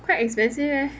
quite expensive eh